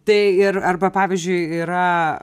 tai ir arba pavyzdžiui yra